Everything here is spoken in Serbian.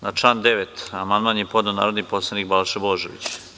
Na član 9. amandman je podneo narodni poslanik Balša Božović.